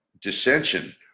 dissension